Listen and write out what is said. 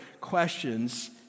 questions